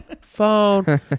phone